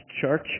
church